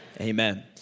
amen